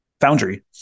foundry